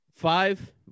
five